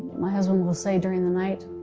my husband will say during the night,